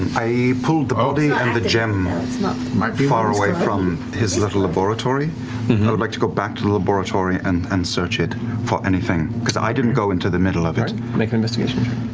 i pulled the gem far away from his little laboratory. i would like to go back to the laboratory and and search it for anything. because i didn't go into the middle of it. matt make an investigation